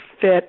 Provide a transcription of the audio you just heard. fit